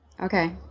Okay